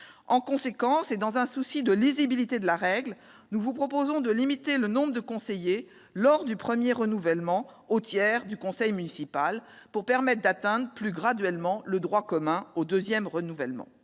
En conséquence, et dans un souci de lisibilité de la règle, nous vous proposons de fixer le nombre minimum de conseillers lors du premier renouvellement au tiers de l'effectif du conseil municipal initial, pour permettre d'atteindre plus graduellement le droit commun lors du deuxième renouvellement.